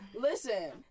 Listen